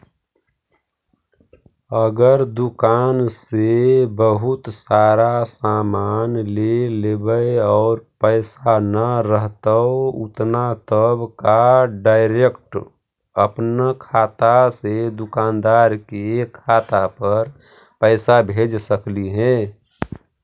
अगर दुकान से बहुत सारा सामान ले लेबै और पैसा न रहतै उतना तब का डैरेकट अपन खाता से दुकानदार के खाता पर पैसा भेज सकली हे?